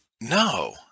No